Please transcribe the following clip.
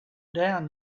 down